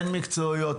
אין מקצועיות,